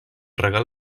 regal